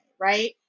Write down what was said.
Right